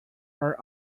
are